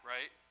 Right